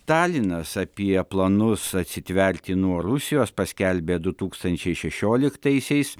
talinas apie planus atsitverti nuo rusijos paskelbė du tūkstančiai šešioliktaisiais